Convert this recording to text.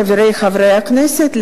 חברי חברי הכנסת,